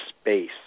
space